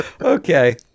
Okay